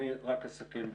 אני רק אסכם לפני.